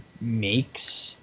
makes